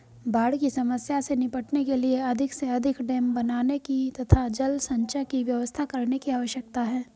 बाढ़ की समस्या से निपटने के लिए अधिक से अधिक डेम बनाने की तथा जल संचय की व्यवस्था करने की आवश्यकता है